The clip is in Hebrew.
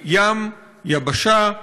שהוא בין הימים המזוהמים ביותר בעולם,